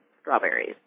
strawberries